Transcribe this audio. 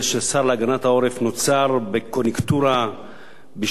בקוניונקטורה בשביל לרצות את מפלגת העצמאות,